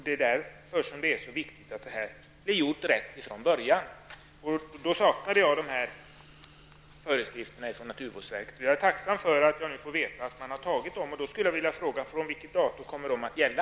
Det är viktigt att hanteringen blir korrekt från början, och jag har saknat föreskrifter härom från naturvårdsverket. Jag är tacksam för att jag nu får veta att man har antagit sådana. Jag vill fråga: Från vilket datum kommer de att gälla?